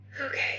Okay